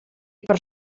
per